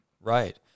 right